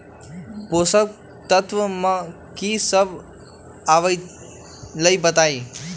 पोषक तत्व म की सब आबलई बताई?